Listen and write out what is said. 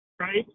right